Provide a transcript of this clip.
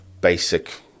basic